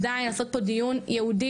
עדיין לעשות פה דין ייעודי,